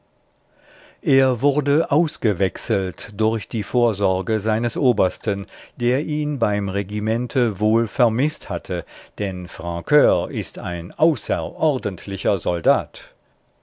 er wurde ausgewechselt durch die vorsorge seines obersten der ihn beim regimente wohl vermißt hatte denn francur ist ein außerordentlicher soldat